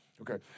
Okay